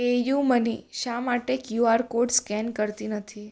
PayUmoney શા માટે QR code scan કરતી નથી